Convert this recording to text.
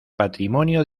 patrimonio